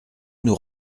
nous